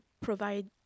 provide